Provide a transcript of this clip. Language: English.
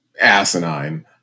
asinine